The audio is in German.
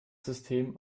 system